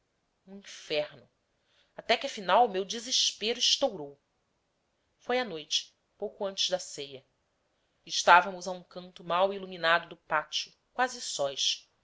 um inferno até que afinal o meu desespero estourou foi à noite pouco antes da ceia estávamos a um canto mal iluminado do pátio quase sós